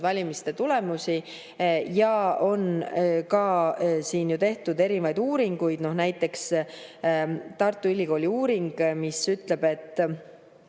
valimiste tulemusi. Selle kohta on ka tehtud erinevaid uuringuid, näiteks Tartu Ülikooli uuring, mis ütleb, et